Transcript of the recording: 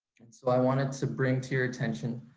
and so i wanted to bring to your attention,